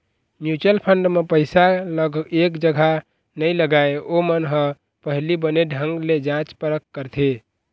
mutual fund म पइसा ल एक जगा नइ लगाय, ओमन ह पहिली बने ढंग ले जाँच परख करथे